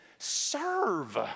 serve